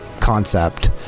concept